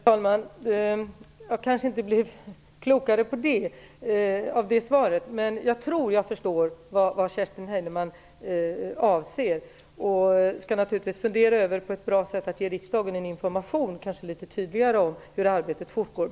Herr talman! Jag kanske inte blev klokare av det svaret, men jag tror jag förstår vad Kerstin Heinemann avser. Jag skall naturligtvis fundera över ett bra sätt att ge riksdagen information kanske litet tidigare om hur arbetet fortgår.